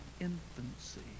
infancy